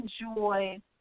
enjoy